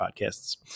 podcasts